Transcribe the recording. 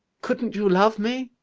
couldn't you love me?